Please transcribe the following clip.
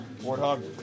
Warthog